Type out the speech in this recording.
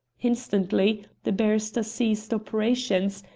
instantly the barrister ceased operations,